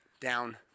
down